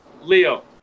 Leo